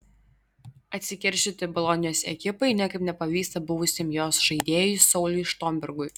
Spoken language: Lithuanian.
atsikeršyti bolonijos ekipai niekaip nepavyksta buvusiam jos žaidėjui sauliui štombergui